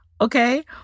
Okay